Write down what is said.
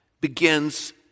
begins